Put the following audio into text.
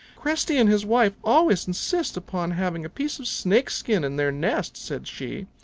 cresty and his wife always insist upon having a piece of snake skin in their nest, said she.